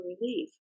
relief